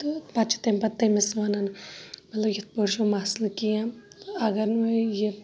تہٕ پَتہٕ چھِ تمہِ پَتہٕ تمِس وَنان مَطلَب یِتھ پٲٹھۍ چھُ مَسلہٕ کینٛہہ اگر نہٕ یہِ